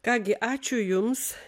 ką gi ačiū jums